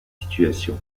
situation